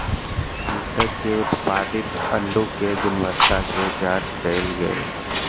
कृषक के उत्पादित अल्लु के गुणवत्ता के जांच कएल गेल